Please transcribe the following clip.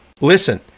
Listen